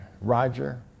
Roger